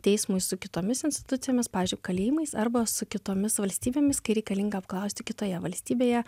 teismui su kitomis institucijomis pavyzdžiui kalėjimais arba su kitomis valstybėmis kai reikalinga apklausti kitoje valstybėje